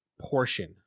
portion